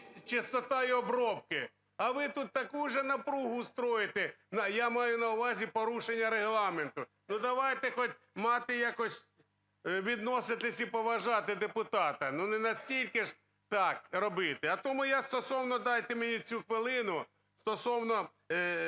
частота його обробки. А ви тут таку вже напругу устроите, я маю на увазі порушення Регламенту. Ну, давайте хоч мати, якось відноситись і поважати депутата. Ну, не настільки ж так робити. А тому я стосовно, дайте мені цю хвилину стосовно